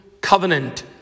covenant